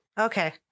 okay